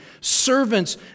servants